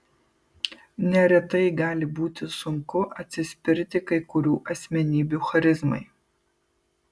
neretai gali būti sunku atsispirti kai kurių asmenybių charizmai